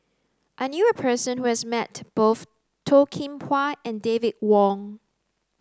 I knew a person who has met both Toh Kim Hwa and David Wong